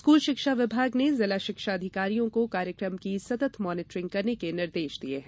school शिक्षा विभाग ने जिला शिक्षा अधिकारियों को कार्यकम की सतत मॉनीटरिंग करने के निर्देश दिये हैं